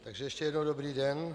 Takže ještě jednou dobrý den.